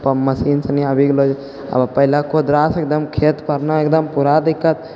pump machine सनि आबि गेलौ आब पहिले कोदरासे एकदम खेत पारनाइ एकदम पूरा दिक्कत